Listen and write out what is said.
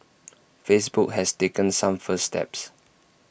Facebook has taken some first steps